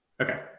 Okay